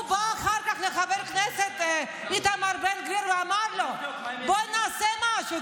הוא בא אחר כך לחבר הכנסת איתמר בן גביר ואמר לו: בוא נעשה משהו,